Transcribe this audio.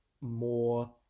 more